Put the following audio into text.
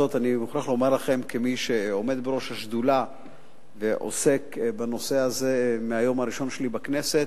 כמי שעומד בראש השדולה ועוסק בנושא הזה מהיום הראשון שלי בכנסת,